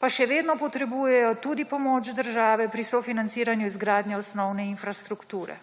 pa še vedno potrebujejo tudi pomoč države pri sofinanciranju izgradnje osnovne infrastrukture.